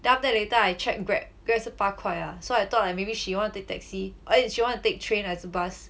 then after that later I check Grab Grab 是八块 ah so I thought like maybe she want to take taxi eh she wanna take train 还是 bus